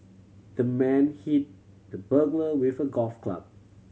the man hit the burglar with a golf club